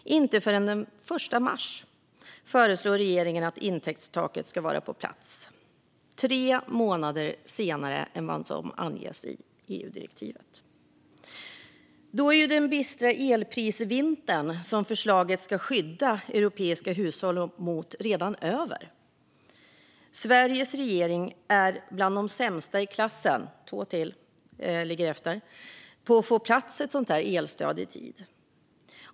Inte förrän den 1 mars föreslår regeringen att intäktstaket ska vara på plats - tre månader senare än vad som anges i EU-direktivet. Då är ju den bistra elprisvintern som förslaget ska skydda europeiska hushåll mot redan över. Sveriges regering är bland de sämsta i klassen - bara två länder ligger efter - när det gäller att få elstödet på plats i tid.